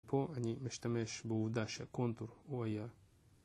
פה אני משתמש בעובדה שהקונטור הוא היה